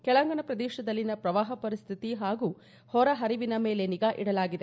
ಕೆಳಗಣ ಪ್ರದೇಶದಲ್ಲಿನ ಪ್ರವಾಹ ಪರಿಸ್ಥಿತಿ ಹಾಗೂ ಹೊರ ಹರಿವಿನ ಮೇಲೆ ನಿಗಾ ಇಡಲಾಗಿದೆ